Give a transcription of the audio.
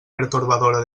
pertorbadora